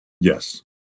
Yes